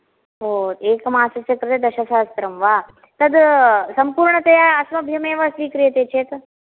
ओ एकमासस्य कृते दशसहस्रं वा तत् संपूर्णतया अस्मभ्यं एव स्विक्रियते चेत्